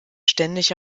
ständig